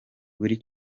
buri